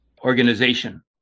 organization